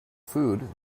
food